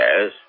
Yes